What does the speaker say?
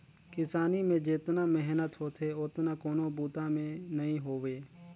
किसानी में जेतना मेहनत होथे ओतना कोनों बूता में नई होवे